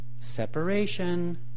Separation